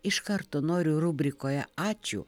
iš karto noriu rubrikoje ačiū